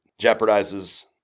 jeopardizes